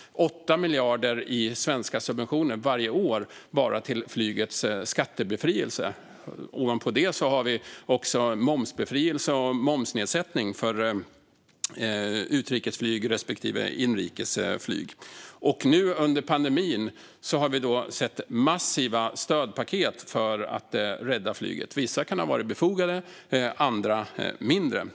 Det går 8 miljarder i svenska subventioner varje år bara till flygets skattebefrielse. Ovanpå det har vi momsbefrielse och momsnedsättning för utrikesflyg respektive inrikesflyg. Nu under pandemin har man skapat massiva stödpaket för att rädda flyget. Vissa kan ha varit befogade, andra mindre.